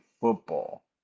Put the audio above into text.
football